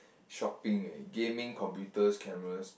shopping eh gaming computers cameras